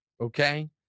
okay